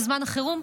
בזמן החירום,